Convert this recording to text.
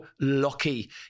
lucky